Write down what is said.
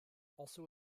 also